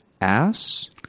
ass